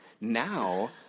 now